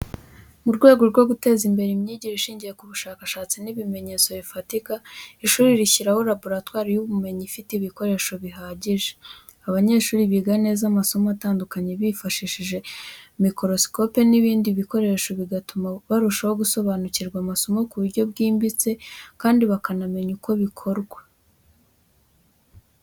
Mu rwego rwo guteza imbere imyigire ishingiye ku bushakashatsi n’ibimenyetso bifatika, ishuri rishyiraho laboratwari y'ubumenyi ifite ibikoresho bihagije. Abanyeshuri biga neza amasomo atandukanye bifashishije mikorosikope n’ibindi bikoresho, bigatuma barushaho gusobanukirwa amasomo mu buryo bwimbitse kandi bakanamenya uko bikorwa.